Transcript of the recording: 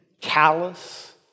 callous